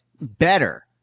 better